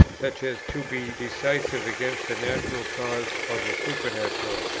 such as to be decisive against the natural cause or the supernatural,